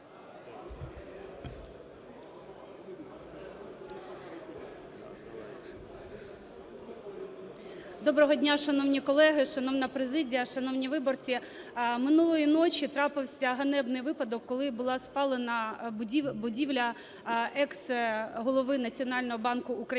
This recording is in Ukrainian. Доброго дня, шановні колеги, шановна президія, шановні виборці. Минулої ночі трапився ганебний випадок, коли була спалена будівля екс-голови Національного банку України